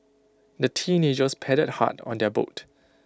the teenagers paddled hard on their boat